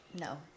No